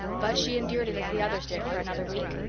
but she endured it as the others did for another week.